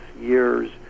years